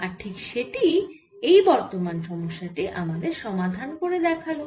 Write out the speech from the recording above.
আর ঠিক সেটিই এই বর্তমান সমস্যা টি আমাদের সমাধান করে দেখাল